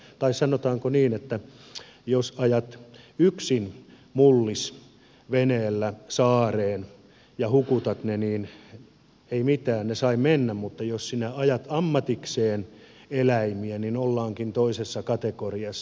tai sanotaanko niin että jos ajat yksin mullisi veneellä saareen ja hukutat ne niin ei mitään ne saivat mennä mutta jos ajat ammatiksesi eläimiä ollaankin toisessa kategoriassa